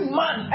man